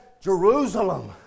Jerusalem